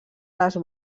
les